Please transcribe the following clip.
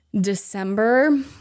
December